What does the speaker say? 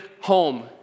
home